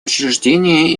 учреждения